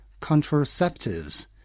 contraceptives